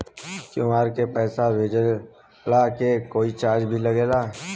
QR से पैसा भेजला के कोई चार्ज भी लागेला?